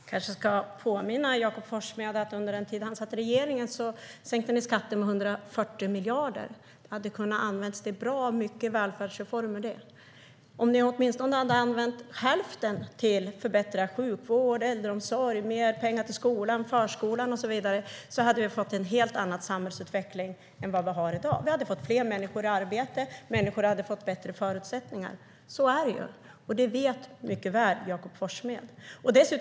Herr talman! Jag kanske ska påminna Jakob Forssmed om att under den tid som hans parti satt i regeringen sänktes skatten med 140 miljarder. Det hade kunnat användas till bra många välfärdsreformer. Om ni, Jakob Forssmed, bara hade använt hälften till förbättrad sjukvård, äldreomsorg, mer pengar till skolan, förskolan och så vidare skulle vi ha fått en helt annan samhällsutveckling än den vi har i dag. Vi hade fått fler människor i arbete. Människor hade fått bättre förutsättningar. Så är det, och det vet Jakob Forssmed mycket väl.